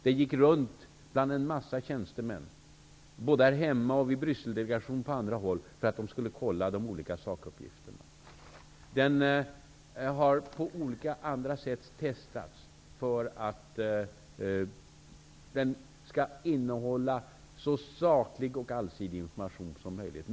Man gick runt bland en mängd tjänstemän, både här hemma och i Brysseldelegationen men också på andra håll, för att kontrollera de olika sakuppgifterna. Också på olika andra sätt har broschyren testats för att den skall innehålla så saklig och allsidig information som möjligt.